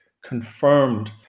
confirmed